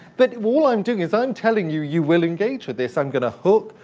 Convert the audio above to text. but all i'm doing is i'm telling you, you will engage with this. i'm going to hook,